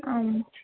आम्